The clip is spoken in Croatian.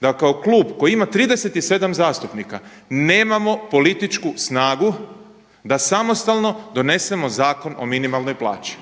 da kao klub koji ima 37 zastupnika nemamo političku snagu da samostalno donesemo Zakon o minimalnoj plaći.